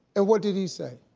and what did he say?